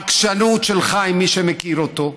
העקשנות של חיים, מי שמכיר אותו,